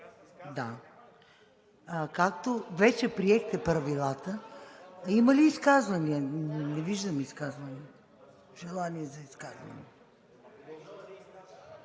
Както вече приехте правилата... Има ли изказвания? Не виждам желание за изказвания.